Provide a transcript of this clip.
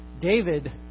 David